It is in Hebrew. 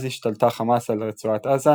אז השתלטה חמאס על רצועת עזה,